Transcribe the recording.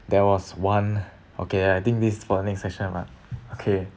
there was one okay I think this is for the next session lah okay